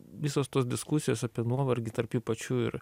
visos tos diskusijos apie nuovargį tarp jų pačių ir